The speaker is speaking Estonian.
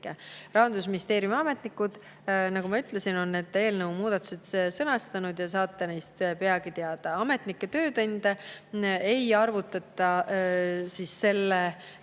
Rahandusministeeriumi ametnikud, nagu ma ütlesin, on eelnõu muudatused sõnastanud ja te saate neist peagi teada. Ametnike töötunde ei arvutata selle